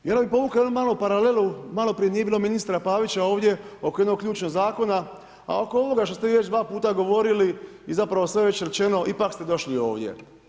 I ovdje bi povukao jednu malu paralelu, maloprije nije bilo ministra Pavića, ovdje, oko jednog ključnog zakona, a oko ovoga što ste vi već 2 puta govorili i zapravo sve već rečeno, ipak ste došli ovdje.